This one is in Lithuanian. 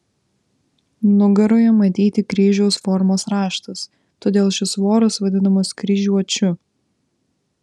nugaroje matyti kryžiaus formos raštas todėl šis voras vadinamas kryžiuočiu